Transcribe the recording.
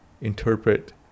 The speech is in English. interpret